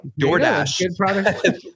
DoorDash